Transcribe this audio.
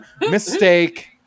mistake